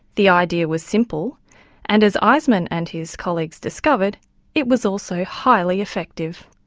the idea was simple and as eiseman and his colleagues discovered it was also highly effective.